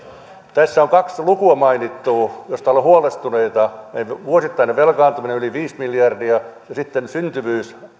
tässä on kaksi lukua mainittu joista ollaan huolestuneita vuosittainen velkaantuminen yli viisi miljardia ja sitten syntyvyys